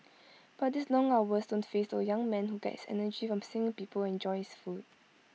but these long hours don't faze the young man who gets his energy from seeing people enjoy his food